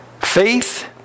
Faith